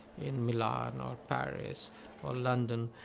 in milan or paris or london.